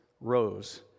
rose